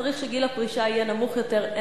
צריך שגיל הפרישה יהיה נמוך יותר,